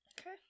Okay